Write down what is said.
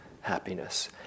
happiness